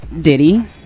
Diddy